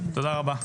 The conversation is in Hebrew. תודה רבה.